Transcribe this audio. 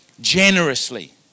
generously